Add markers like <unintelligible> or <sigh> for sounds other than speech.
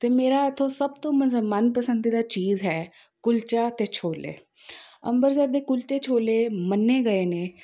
ਅਤੇ ਮੇਰਾ ਇੱਥੋਂ ਸਭ ਤੋਂ <unintelligible> ਮਨ ਪਸੰਦੀਦਾ ਚੀਜ਼ ਹੈ ਕੁਲਚਾ ਅਤੇ ਛੋਲੇ ਅੰਮ੍ਰਿਤਸਰ ਦੇ ਕੁਲਚੇ ਛੋਲੇ ਮੰਨੇ ਗਏ ਨੇ